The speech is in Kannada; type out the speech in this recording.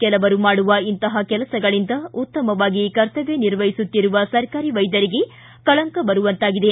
ಕೆಲವರು ಮಾಡುವ ಇಂತಹ ಕೆಲಸಗಳಿಂದ ಉತ್ತಮವಾಗಿ ಕರ್ತವ್ಯ ನಿರ್ವಹಿಸುತ್ತಿರುವ ಸರ್ಕಾರಿ ವೈದ್ಯರಿಗೆ ಕಳಂಕ ಬರುವಂತಾಗಿದೆ